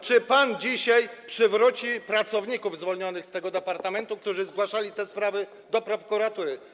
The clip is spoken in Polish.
Czy pan dzisiaj przywróci do pracy pracowników zwolnionych z tego departamentu, którzy zgłaszali te sprawy do prokuratury?